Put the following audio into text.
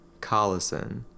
Collison—